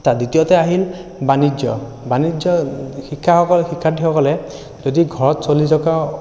দ্বিতীয়তে আহিল বাণিজ্য বাণিজ্য শিক্ষাসকলে শিক্ষাৰ্থীসকলে যদি ঘৰত চলি থকা